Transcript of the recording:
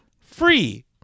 Free